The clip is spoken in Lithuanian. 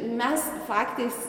mes faktais